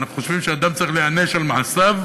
ואנחנו חושבים שאדם צריך להיענש על מעשיו.